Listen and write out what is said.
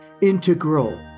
integral